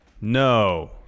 no